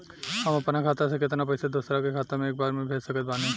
हम अपना खाता से केतना पैसा दोसरा के खाता मे एक बार मे भेज सकत बानी?